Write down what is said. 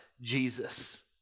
Jesus